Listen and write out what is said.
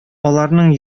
аларның